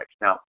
Now